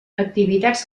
activitats